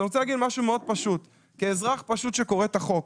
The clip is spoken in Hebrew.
אני רוצה להגיד משהו מאוד פשוט כאזרח פשוט שקורא את החוק.